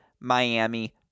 Miami